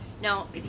Now